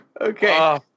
Okay